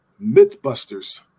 Mythbusters